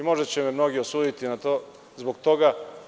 Možda će me mnogi osuditi zbog toga.